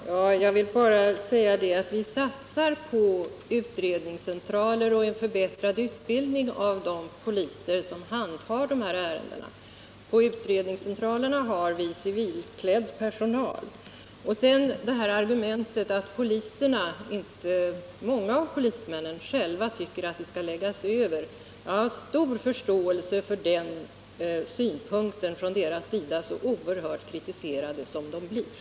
Herr talman! Jag vill bara säga att vi satsar på utredningscentraler och en förbättring av utbildningen av de poliser som handhar dessa ärenden. På utredningscentralerna har vi civilklädd personal. Med tanke på att polismän blir så oerhört hårt kritiserade har jag stor förståelse för att många av dem vill att dessa uppgifter skall överflyttas till en annan myndighet.